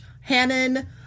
Hannon